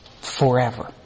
forever